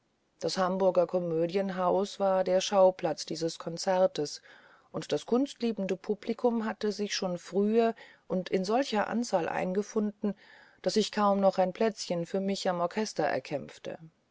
das hamburger komödienhaus war der schauplatz dieses konzertes und das kunstliebende publikum hatte sich schon frühe und in solcher anzahl eingefunden daß ich kaum noch ein plätzchen für mich am orchester erkämpfte